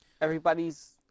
everybody's